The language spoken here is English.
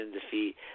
defeat